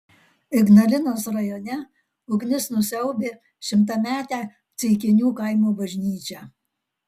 ignalinos rajone ugnis nusiaubė šimtametę ceikinių kaimo bažnyčią